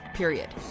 period.